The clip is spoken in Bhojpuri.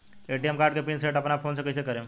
ए.टी.एम कार्ड के पिन सेट अपना फोन से कइसे करेम?